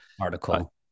article